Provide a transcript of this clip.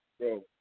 bro